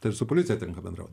tai ir su policija tenka bendraut